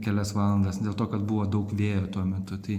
kelias valandas dėl to kad buvo daug vėjo tuo metu tai